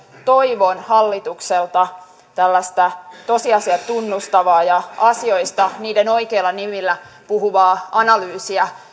toivon hallitukselta tällaista tosiasiat tunnustavaa ja asioista niiden oikeilla nimillä puhuvaa analyysiä